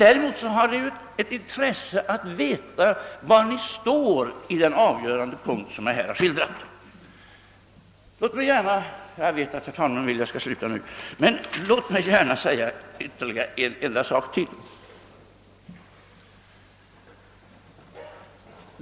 Däremot är det intressant att veta var ni står i fråga om den avgörande punkt jag här berört. Låt mig framhålla ytterligare en enda sak.